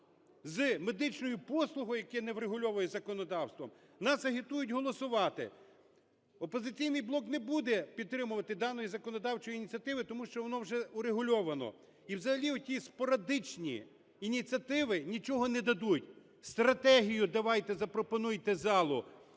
з медичною послугою, які не врегульовують з законодавством, нас агітують голосувати. "Опозиційний блок" не буде підтримувати даної законодавчої ініціативи, тому що воно вже врегульовано. І взагалі ті спорадичні ініціативи нічого не дадуть, стратегію давайте запропонуйте залу.